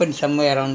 one seven three